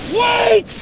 Wait